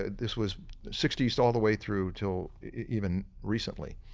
this was sixty s all the way through till even recently,